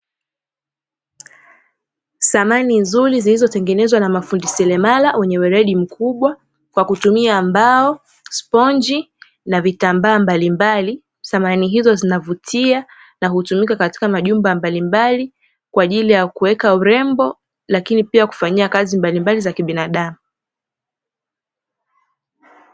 Samani nzuri zilizotengenezwa na mafundi seremala wenye weredi mkubwa kwa kutumia mbao, sponji na vitambaa mbalimbali. Samani hizo zinavutia na hutumika katika majumba mbalimbali kwa ajili ya kuweka urembo lakini pia kufanyia kazi mbalimbali za kibinadamu.